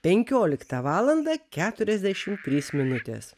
penkioliktą valandą keturiasdešim trys minutės